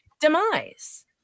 demise